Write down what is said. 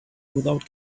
without